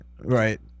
Right